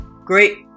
great